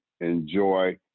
enjoy